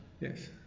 Yes